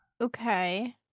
Okay